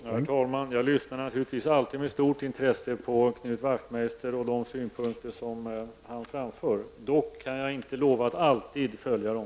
Herr talman! Jag lyssnar naturligtvis alltid med stort intresse på Knut Wacthmeister och tar del av de synpunkter som han framför. Dock kan jag inte lova att alltid följa dem.